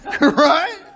Right